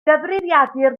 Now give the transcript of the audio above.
gyfrifiadur